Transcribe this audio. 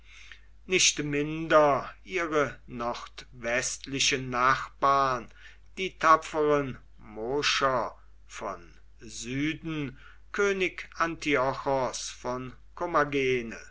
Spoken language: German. nicht minder ihre nordwestlichen nachbarn die tapferen moscher von süden könig antiochos von